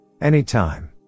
Anytime